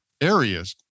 areas